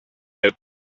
out